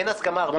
אין הסכמה, ארבל.